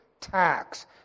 tax